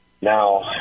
Now